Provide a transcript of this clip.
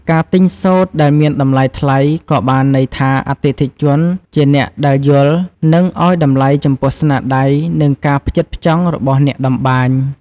ការទិញសូត្រដែលមានតម្លៃថ្លៃ ក៏បានន័យថាអតិថិជនជាអ្នកដែលយល់ និងឲ្យតម្លៃចំពោះស្នាដៃ និងការផ្ចិតផ្ចង់របស់អ្នកតម្បាញ។